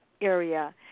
area